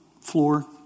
floor